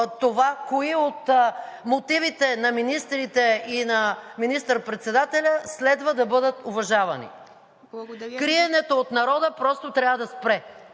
това кои от мотивите на министрите и на министър-председателя следва да бъдат уважавани. Криенето от народа просто трябва да спре!